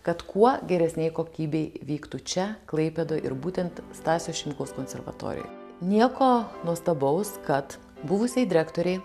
kad kuo geresnei kokybei vyktų čia klaipėdoj ir būtent stasio šimkaus konservatorijoj nieko nuostabaus kad buvusiai direktorei